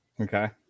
okay